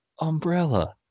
Umbrella